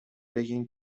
بگین